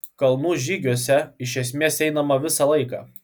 kalnų žygiuose iš esmės einama visą laiką